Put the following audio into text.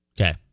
Okay